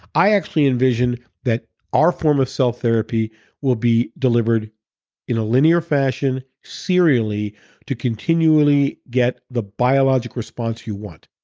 i actually envision that our form of cell therapy will be delivered in a linear fashion serially to continually get the biologic response you want.